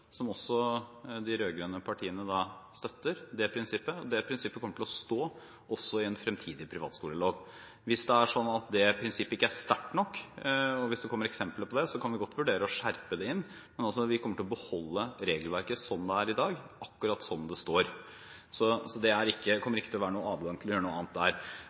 som også de rød-grønne partiene støtter. Det prinsippet kommer til å stå også i en fremtidig privatskolelov. Hvis det er slik at det prinsippet ikke er sterkt nok, hvis det kommer eksempler på det, kan vi godt vurdere å skjerpe det inn. Men vi kommer til å beholde regelverket som det er i dag, akkurat som det står. Så det kommer ikke til å være noen adgang til å gjøre noe annet der.